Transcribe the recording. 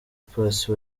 paccy